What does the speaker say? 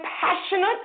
passionate